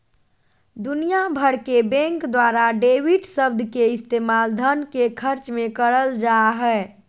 दुनिया भर के बैंक द्वारा डेबिट शब्द के इस्तेमाल धन के खर्च मे करल जा हय